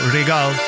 Regal